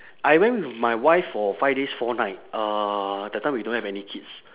I went with my wife for five days four night uh that time we don't have any kids